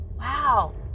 wow